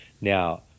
Now